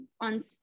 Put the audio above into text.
on